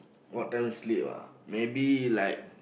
what time sleep ah maybe like